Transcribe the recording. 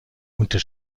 unter